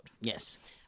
Yes